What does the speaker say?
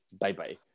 bye-bye